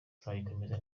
tuzayikomeza